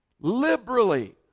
liberally